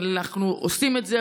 ואנחנו עושים את זה,